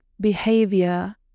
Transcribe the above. behavior